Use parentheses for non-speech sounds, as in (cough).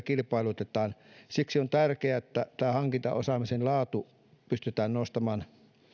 (unintelligible) kilpailutetaan siksi on tärkeää että hankintaosaamisen laatu pystytään nostamaan